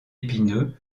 épineux